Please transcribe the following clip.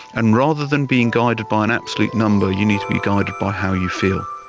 and rather than being guided by an absolute number, you need to be guided by how you feel.